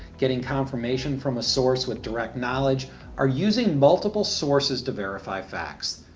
getting confirmation from a source with direct knowledge or using multiple sources to verify facts.